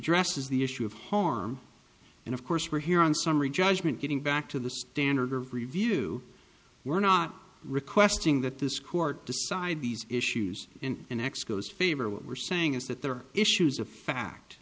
addresses the issue of harm and of course we're here on summary judgment getting back to the standard of review we're not requesting that this court decide these issues in an x goes favor what we're saying is that there are issues of fact